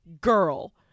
girl